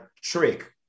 trick